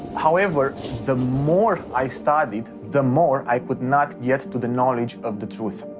however the more i started, the more i could not get to the knowledge of the truth.